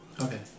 Okay